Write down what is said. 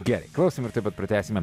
gerai klausome ir tuoj pat pratęsime